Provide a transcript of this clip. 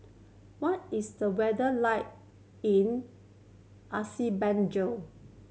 what is the weather like in Azerbaijan